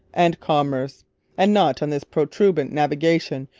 and commerce and not on this protuberant navigation,